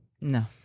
No